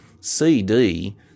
CD